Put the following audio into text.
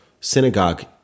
synagogue